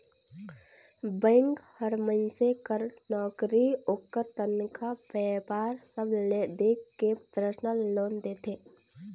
bank हर मइनसे कर नउकरी, ओकर तनखा, बयपार सब ल देख के परसनल लोन देथे